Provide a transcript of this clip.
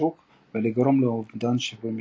מהחישוק ולגרום לאובדן שיווי משקל.